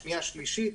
שנייה ושלישית.